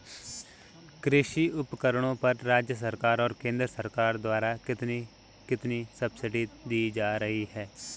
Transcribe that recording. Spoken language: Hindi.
कृषि उपकरणों पर राज्य सरकार और केंद्र सरकार द्वारा कितनी कितनी सब्सिडी दी जा रही है?